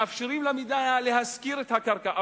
מאפשרים למדינה להשכיר את הקרקע,